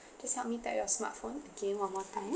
just help me tap your smartphone again one more time